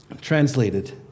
translated